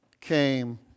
came